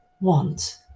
want